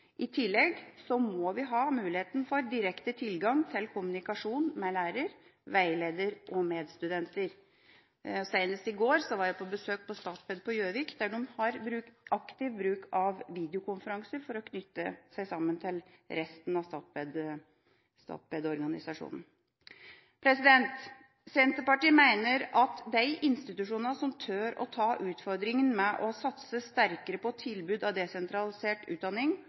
besøk hos Statped på Gjøvik, der de gjør aktiv bruk av videokonferanser for å knytte seg sammen med resten av Statped-organisasjonen. Senterpartiet mener at de institusjonene som tør å ta utfordringen med å satse sterkere på tilbud av desentralisert utdanning